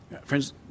friends